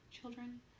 children